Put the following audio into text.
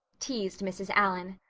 teased mrs. allan.